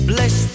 Bless